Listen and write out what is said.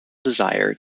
desire